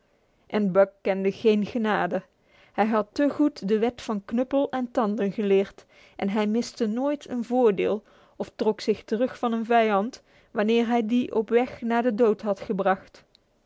buck kende geen genade hij had te goed de wet van knuppel en tanden geleerd en hij miste nooit een voordeel of trok zich terug van een vijand wanneer hij dien op weg naar den dood had gebracht